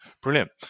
Brilliant